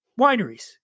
wineries